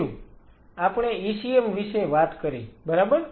બીજુ આપણે ECM વિશે વાત કરી બરાબર